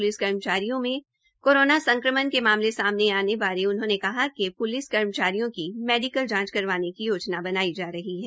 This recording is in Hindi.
प्लिस कर्मचारियों में कोरोना संक्रमण के मामले सामने आने बारे उन्होंने कहा कि प्लिस कर्मचारियों की मेडिकल जांच करवाने की योजना बनाई जा रही है